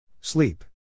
Sleep